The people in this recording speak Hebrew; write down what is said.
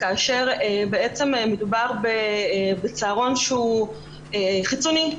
כאשר מדובר בצהרון שהוא חיצוני,